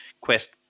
Quest